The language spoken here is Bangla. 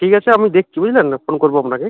ঠিক আছে আমি দেখছি বুঝলেন ফোন করবো আপনাকে